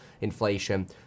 inflation